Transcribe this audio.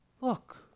Look